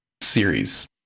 series